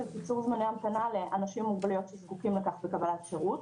של קיצור זמני המתנה לאנשים עם מוגבלויות שזקוקים לכך בקבלת שירות.